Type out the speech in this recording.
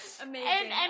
Amazing